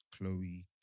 Chloe